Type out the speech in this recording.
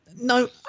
no